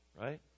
Right